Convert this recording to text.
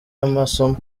y’amasomo